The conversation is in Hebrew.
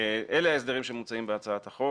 אלה ההסדרים שמוצעים בהצעת החוק.